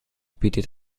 bietet